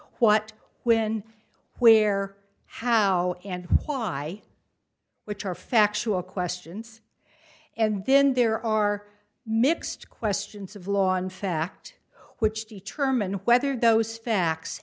what when where how and why which are factual questions and then there are mixed questions of law in fact which determine whether those facts